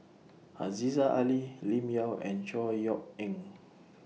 Aziza Ali Lim Yau and Chor Yeok Eng